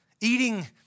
Eating